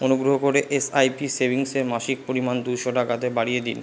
অনুগ্রহ করে এসআইপি সেভিংসের মাসিক পরিমাণ দুশো টাকাতে বাড়িয়ে দিন